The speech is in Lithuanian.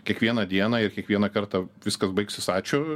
kiekvieną dieną ir kiekvieną kartą viskas baigsis ačiū